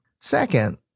Second